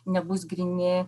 nebus gryni